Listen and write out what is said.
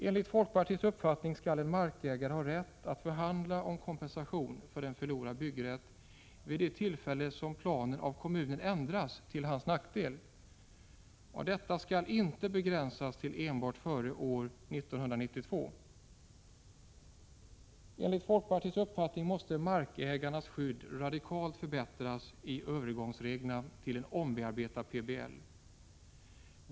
Enligt folkpartiets uppfattning skall en markägare ha rätt att förhandla om kompensation för förlorad byggrätt vid det tillfälle kommunen ändrar planen till hans nackdel, och denna rätt skall inte begränsas till att gälla enbart före år 1992. Enligt folkpartiets uppfattning måste markägarnas skydd radikalt förbättras i Öövergångsreglerna till en omarbetad PBL.